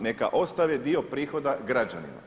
Neka ostave dio prihoda građanima.